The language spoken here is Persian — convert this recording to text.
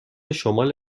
شمال